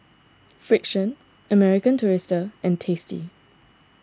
Frixion American Tourister and Tasty